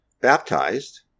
baptized